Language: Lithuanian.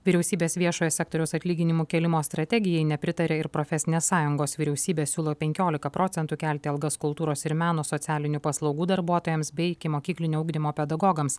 vyriausybės viešojo sektoriaus atlyginimų kėlimo strategijai nepritarė ir profesinės sąjungos vyriausybė siūlo penkiolika procentų kelti algas kultūros ir meno socialinių paslaugų darbuotojams bei ikimokyklinio ugdymo pedagogams